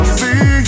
see